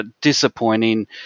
disappointing